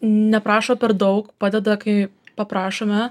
neprašo per daug padeda kai paprašome